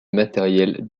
matériels